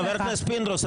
חבר הכנסת פינדרוס,